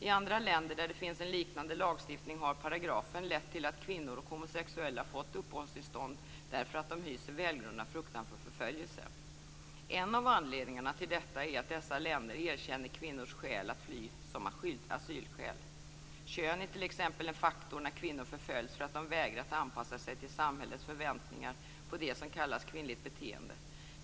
I andra länder där det finns en liknande lagstiftning har paragrafen lett till att kvinnor och homosexuella fått uppehållstillstånd därför att de hyser välgrundad fruktan för förföljelse. En av anledningarna till detta är att dessa länder erkänner kvinnors skäl att fly som asylskäl. Kön är t.ex. en faktor när kvinnor förföljs för att de vägrar att anpassa sig till samhällets förväntningar på det som kallas kvinnligt beteende.